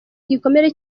gikomere